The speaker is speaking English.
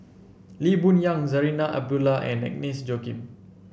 Lee Boon Yang Zarinah Abdullah and Agnes Joaquim